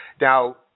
Now